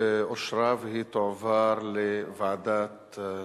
אושרה, והיא תועבר לוועדת,